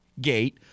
gate